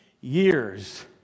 years